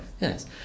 Yes